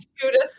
Judith